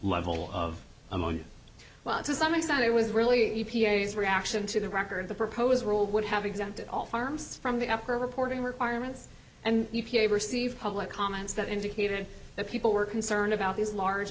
level of ammonia well to some extent it was really a reaction to the record the proposed rule would have exempted all farms from the upper reporting requirements and e p a received public comments that indicated that people were concerned about these large